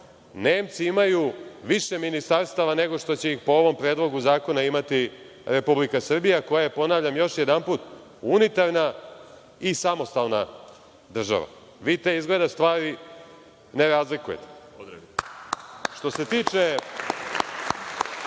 Nemci imaju više ministarstava nego što će ih po ovom Predlogu zakona imati Republika Srbija koja je, ponavljam još jedanput, unitarna i samostalna država. Vi izgleda te stvari ne razlikujete. Što se tiče